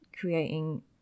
creating